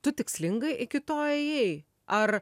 tu tikslingai iki to ėjai ar